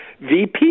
VP